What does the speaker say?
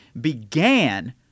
began